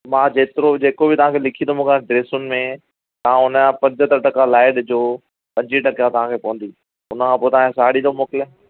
मां जेतिरो जेको बि तव्हां खे लिखी थो मोकिलियां ड्रेसुनि में तव्हां हुन जा पंजहतरि टका लाहे ॾिजो पंजवीह टका तव्हां खे पवंदी हुन खां पोइ तव्हां खे साड़ी थो मोकिलियां